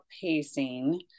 pacing